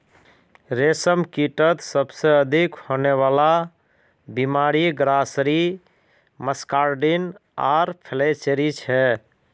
रेशमकीटत सबसे अधिक होने वला बीमारि ग्रासरी मस्कार्डिन आर फ्लैचेरी छे